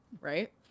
right